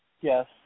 Yes